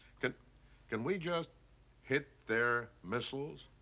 can can we just hit their missiles?